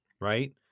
right